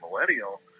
millennial